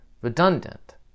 redundant